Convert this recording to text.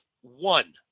one